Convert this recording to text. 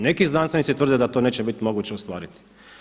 Neki znanstvenici tvrde da to neće biti moguće ostvariti.